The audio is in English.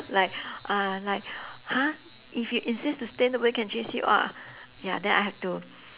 like uh like !huh! if you insist to stay nobody can chase you out ah ya then I have to